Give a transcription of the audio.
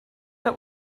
but